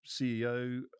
CEO